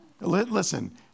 Listen